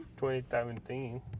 2017